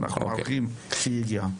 ואנחנו מברכים על כך שהיא הגיעה.